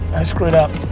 i screwed up,